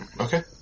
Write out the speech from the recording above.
Okay